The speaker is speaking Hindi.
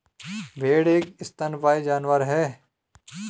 भेड़ एक स्तनपायी जानवर है